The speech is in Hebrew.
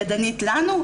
ידנית לנו.